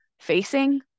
facing